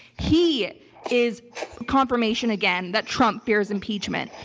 he is confirmation again that trump fears impeachment.